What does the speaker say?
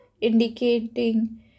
indicating